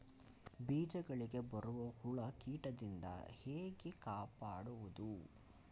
ಬೀಜಗಳಿಗೆ ಬರುವ ಹುಳ, ಕೀಟದಿಂದ ಹೇಗೆ ಕಾಪಾಡುವುದು?